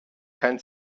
kein